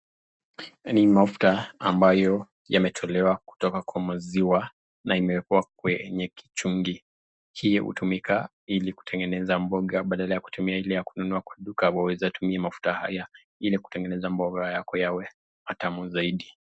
Ni mafuta ambayo yametolewa kutoka kwa maziwa na imewekwa kwenye kichungi. Hii hutumika ili kutengeneza mboga badala ya kutumia ile ya kununua kwa duka waweza tumia mafuta haya ili kutengeneza mboga yako yawe matamu zaidi.